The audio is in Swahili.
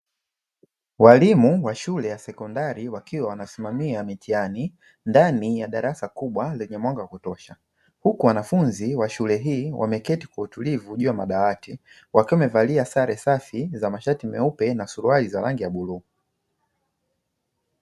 Walimu wa shule ya sekondari wakiwa wanasimamia mitihani ndani ya darasa kubwa lenye mwanga wa kutosha, huku wanafunzi wa shule hii wameketi kwa utulivu juu ya madawati wakiwa wamevalia sare safi za mashati meupe na suruali za rangi ya buluu.